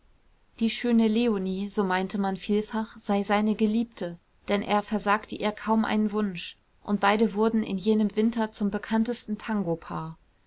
die schöne leonie so meinte man vielfach sei seine geliebte denn er versagte ihr kaum einen wunsch und beide wurden in jenem winter zum bekanntesten tangopaar